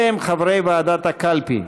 אלה הם חברי ועדת הקלפי: